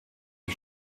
die